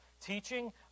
teaching